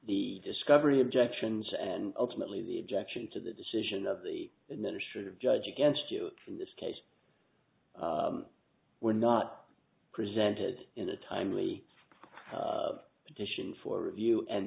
the discovery objections and ultimately the objections to the decision of the initiative judge against you in this case were not presented in a timely of addition for review